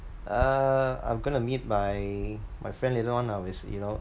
uh I'm gonna meet my my friend later on lah with you know